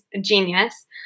genius